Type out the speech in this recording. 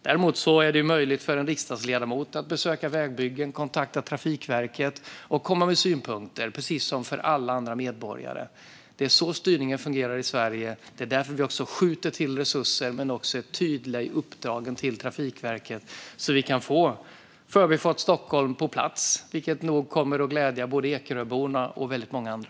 Däremot är det möjligt för en riksdagsledamot att besöka vägbyggen, kontakta Trafikverket och komma med synpunkter - precis som för alla andra medborgare. Det är så styrningen fungerar i Sverige. Det är också därför vi skjuter till resurser men även har en tydlighet i uppdragen till Trafikverket så att vi kan få Förbifart Stockholm på plats. Det kommer nog att glädja både Ekeröborna och väldigt många andra.